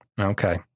okay